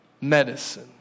medicine